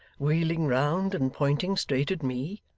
wheeling round and pointing straight at me.